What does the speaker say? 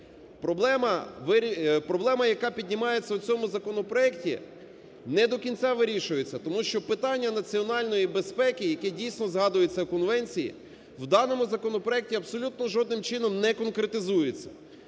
проблема, яка піднімається у цьому законопроекті, не до кінця вирішується, тому що питання національної безпеки, яке, дійсно, згадується в конвенції, в даному законопроекті абсолютно, жодним чином не конкретизується.